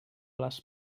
les